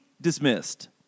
dismissed